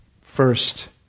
first